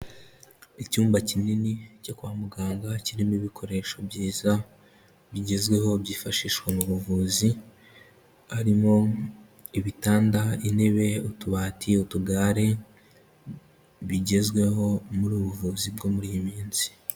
Icyumba kinini cyo kwa muganga kirimo ibikoresho byiza bigezweho byifashishwa mu buvuzi, harimo ibitanda, intebe, utubati, utugare, bigezweho muri ubu buvuzi bwo muri iyi minsi.